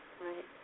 Right